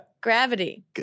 Gravity